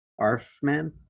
Arfman